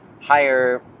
higher